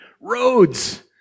roads